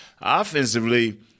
Offensively